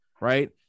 Right